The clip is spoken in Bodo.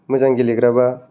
मोजां गेलेग्राबा